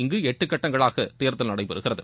இங்கு எட்டு கட்டங்களாக தேர்தல் நடைபெறுகிறது